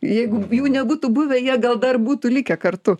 jeigu jų nebūtų buvę jie gal dar būtų likę kartu